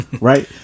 right